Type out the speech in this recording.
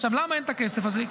עכשיו, למה אין את הכסף הזה?